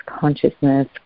consciousness